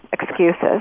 excuses